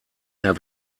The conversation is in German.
mehr